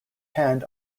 hand